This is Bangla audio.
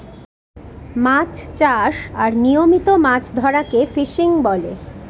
মাছ চাষ আর নিয়মিত মাছ ধরাকে ফিসিং বলে